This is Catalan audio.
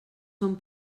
són